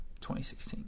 2016